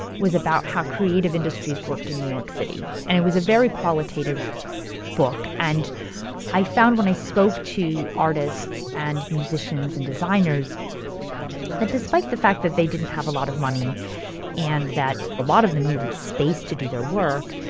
was about how creative industries worked in new york city. and it was a very qualitative book and i found when i spoke to artists and musicians and designers that despite the fact that they didn't have a lot of money and that a lot of them needed space to do their work,